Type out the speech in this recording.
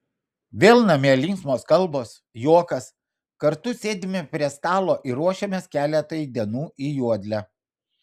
vėl namie linksmos kalbos juokas kartu sėdime prie stalo ir ruošiamės keletui dienų į juodlę